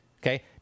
okay